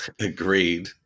agreed